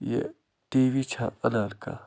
یہِ TV چھا اَنان کانٛہہ